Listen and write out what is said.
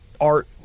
art